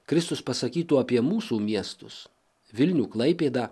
kristus pasakytų apie mūsų miestus vilnių klaipėdą